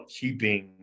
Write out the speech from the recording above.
keeping